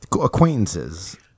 acquaintances